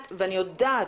יודעת,